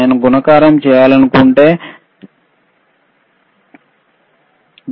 నేను గుణకారం చేయాలనుకుంటే చూడండి